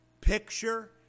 picture